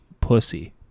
pussy